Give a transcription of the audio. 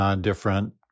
different